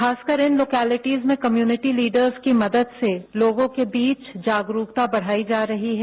खासकर उन लोकोलिटीज में कम्युनिटी लीडर की मदद से लोगों के बीच जागरूकता बढ़ाई जा रही है